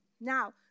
Now